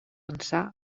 ençà